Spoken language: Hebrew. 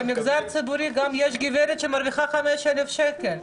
במגזר הציבורי יש גם גב' שמרוויחה 5,000 שקל,